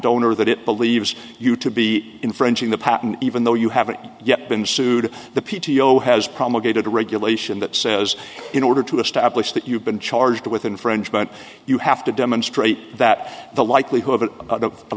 owner that it believes you to be infringing the patent even though you haven't yet been sued the p t o has promulgated a regulation that says in order to establish that you've been charged with infringement you have to demonstrate that the likelihood of